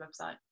website